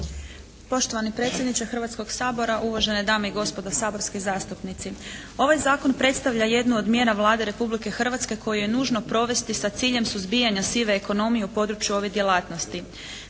Poštovani predsjedniče Hrvatskog sabora, uvažene dame i gospodo saborski zastupnici! Ovaj zakon predstavlja jednu od mjera Vlade Republike Hrvatske koju je nužnu provesti sa ciljem suzbijanja sive ekonomije u području ove djelatnosti.